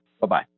Bye-bye